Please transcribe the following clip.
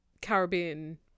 Caribbean